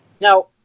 Now